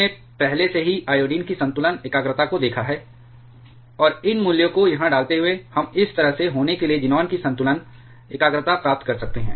हमने पहले से ही आयोडीन की संतुलन एकाग्रता को देखा है और इन मूल्यों को यहां डालते हुए हम इस तरह से होने के लिए ज़ीनान की संतुलन एकाग्रता प्राप्त कर सकते हैं